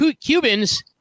Cubans